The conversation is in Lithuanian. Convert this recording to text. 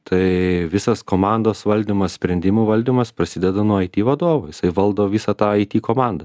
tai visas komandos valdymas sprendimų valdymas prasideda nuo aiti vadovo jisai valdo visą tą aiti komandą